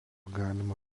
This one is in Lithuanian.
galima